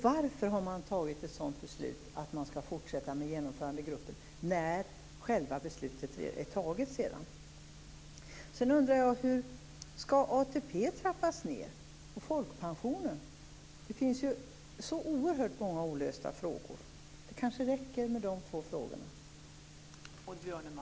Varför har man tagit ett sådant beslut som innebär att man skall fortsätta med Genomförandegruppen när själva beslutet väl är taget? Och hur skall ATP trappas ned, och hur blir det med folkpensionen? Det finns oerhört många olösta frågor här men det kanske räcker med de här två frågorna.